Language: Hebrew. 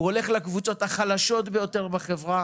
הוא הולך לקבוצות החלשות ביותר בחברה.